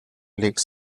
lakes